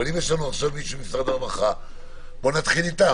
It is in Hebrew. אם יש מישהו ממשרד הרווחה - בוא נתחיל אתם.